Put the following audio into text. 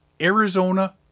Arizona